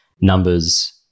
numbers